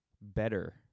better